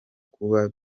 kuba